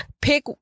pick